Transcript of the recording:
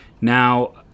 Now